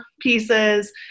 pieces